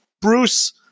Bruce